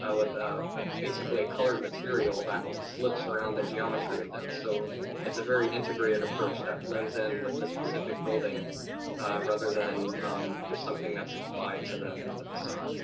david jaubert with ah a basically a colored material that slips around the geometry of them. so it's a very integrated approach that blends in with the specific building rather than just something that's applied to the the facade.